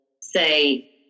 say